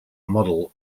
model